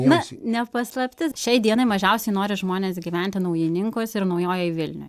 na ne paslaptis šiai dienai mažiausiai nori žmonės gyventi naujininkuose ir naujojoj vilnioj